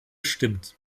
stimmt